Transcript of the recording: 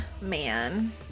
man